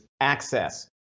access